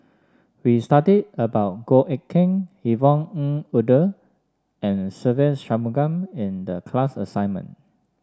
we studied about Goh Eck Kheng Yvonne Ng Uhde and Se Ve Shanmugam in the class assignment